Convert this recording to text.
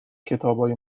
کتابای